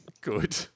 Good